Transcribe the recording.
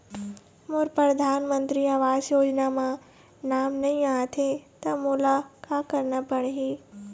मोर परधानमंतरी आवास योजना म नाम नई आत हे त मोला का करना पड़ही?